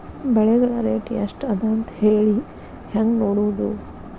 ಬೆಳೆಗಳ ರೇಟ್ ಎಷ್ಟ ಅದ ಅಂತ ಹೇಳಿ ಹೆಂಗ್ ನೋಡುವುದು?